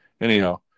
anyhow